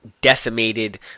decimated